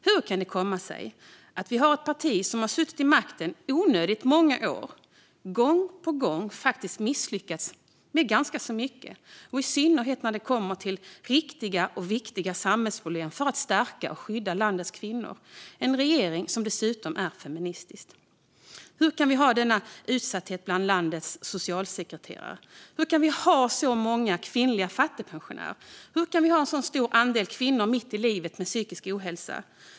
Hur kan det komma sig att ett parti som suttit vid makten onödigt många år gång på gång faktiskt misslyckas med så mycket, i synnerhet när det kommer till riktiga och viktiga samhällsproblem för att stärka och skydda landets kvinnor - i en regering som dessutom är feministisk? Hur kan vi ha denna utsatthet bland landets socialsekreterare? Hur kan vi ha så många kvinnliga fattigpensionärer? Hur kan vi ha så stor andel kvinnor mitt i livet med psykisk ohälsa?